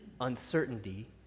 uncertainty